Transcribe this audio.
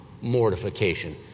mortification